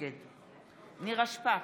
נגד נירה שפק,